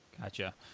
Gotcha